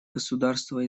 государства